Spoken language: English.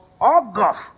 August